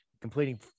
completing